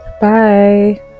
bye